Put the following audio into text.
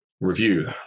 review